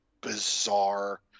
bizarre